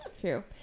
true